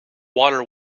water